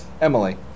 Emily